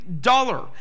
dollar